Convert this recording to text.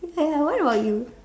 ya where were you